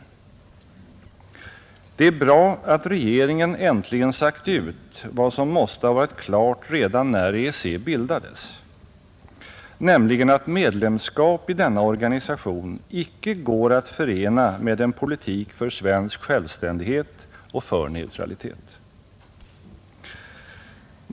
Det är bra att regeringen äntligen sagt ut vad som måste ha varit klart redan när EEC bildades, nämligen att medlemskap i denna organisation icke går att förena med en politik för svensk självständighet och för neutralitet.